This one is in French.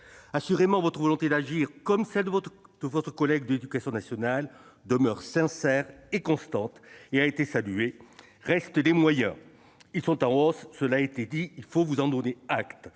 Assurément, votre volonté d'agir, comme celle de votre collègue de l'éducation nationale, demeure sincère et constante. Elle a été saluée. Reste la question des moyens. Ils sont en hausse, cela a été dit, et il faut vous en donner acte.